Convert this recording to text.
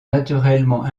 naturellement